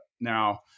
Now